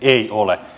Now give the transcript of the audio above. ei ole